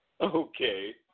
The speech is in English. Okay